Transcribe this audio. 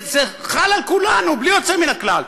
זה חל על כולנו, בלי יוצא מן הכלל.